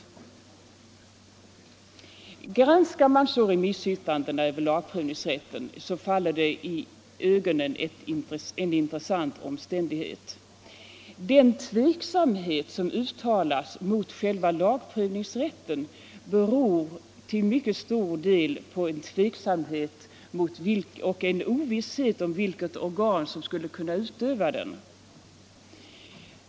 Frioch rättigheter i Granskar man så remissyttrandena över lagprövningsrätten, faller det — grundlag i ögonen en intressant omständighet. Den tveksamhet som uttalas mot själva lagprövningsrätten beror till mycket stor del på en ovisshet om vilket organ som skulle kunna utöva den.